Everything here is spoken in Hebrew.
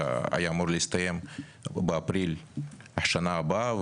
שהיה אמור להסתיים באפריל בשנה הבאה,